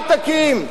אל תקים.